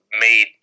made